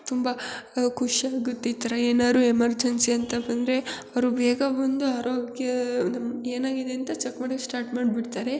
ತುಂಬ ಖುಷಿಯಾಗುತ್ತೆ ಈ ಥರ ಏನಾದ್ರೂ ಎಮರ್ಜನ್ಸಿ ಅಂತ ಬಂದರೆ ಅವರು ಬೇಗ ಬಂದು ಆರೋಗ್ಯ ನಮ್ಮ ಏನಾಗಿದೆ ಅಂತ ಚಕ್ ಮಾಡಕ್ಕೆ ಸ್ಟಾಟ್ ಮಾಡಿಬಿಡ್ತಾರೆ